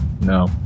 No